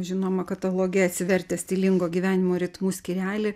žinoma kataloge atsivertę stilingo gyvenimo ritmu skyrelį